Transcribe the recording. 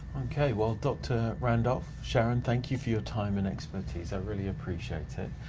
okay, well dr. randolph, sharon, thank you for your time and expertise. i really appreciate it.